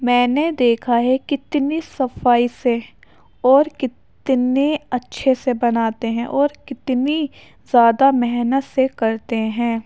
میں نے دیکھا ہے کتنی صفائی سے اور کتنے اچھے سے بناتے ہیں اور کتنی زیادہ محنت سے کرتے ہیں